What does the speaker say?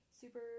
super